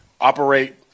operate